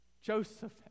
joseph